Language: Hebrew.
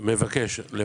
תודה.